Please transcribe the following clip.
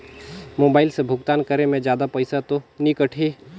Mobile से भुगतान करे मे जादा पईसा तो नि कटही?